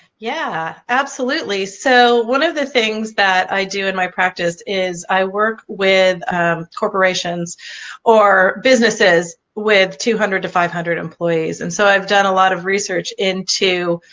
yeah absolutely so one of the things that i do in my practice is i work with corporations or businesses with two hundred to five hundred employees and so i've done a lot of research into